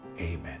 Amen